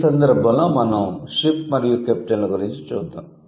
ఈ సందర్భంలో మనం షిప్ మరియు కెప్టెన్ల గురించి చూద్దాం